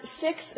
six